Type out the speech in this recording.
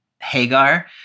Hagar